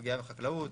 הפגיעה בחקלאות,